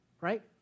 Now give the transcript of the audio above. Right